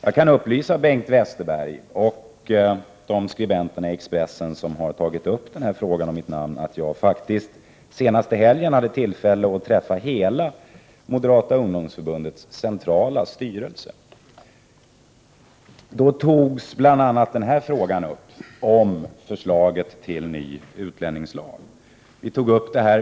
Jag kan upplysa Bengt Westerberg och de skribenter i Expressen som har tagit upp den här frågan och mitt namn om att jag faktiskt senast i helgen hade tillfälle att träffa Moderata ungdomsförbundets hela centrala styrelse, då bl.a. förslaget till ny utlänningslag diskuterades.